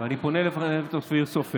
אני פונה לחבר הכנסת אופיר סופר.